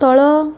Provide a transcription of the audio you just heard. ତଳ